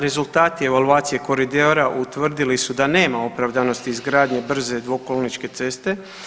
Rezultati evaluacije koridora utvrdili su da nema opravdanosti izgradnje brze dvokolničke ceste.